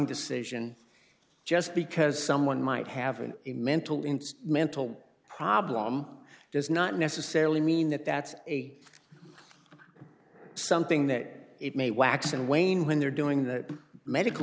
decision just because someone might have an immense tool in mental problem does not necessarily mean that that's a something that it may wax and wane when they're doing the medical